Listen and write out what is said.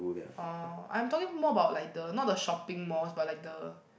orh I am talking more about like the not the shopping malls but like the